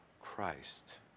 Christ